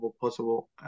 possible